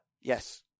Yes